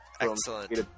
excellent